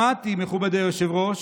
שמעתי, מכובדי היושב-ראש,